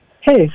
Hey